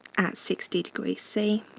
at sixty degrees c.